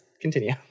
continue